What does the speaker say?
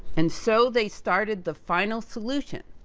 and so, they started the final solution,